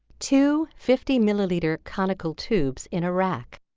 two fifty milliliter conical tubes in a rack,